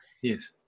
Yes